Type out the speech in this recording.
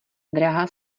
drahá